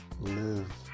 live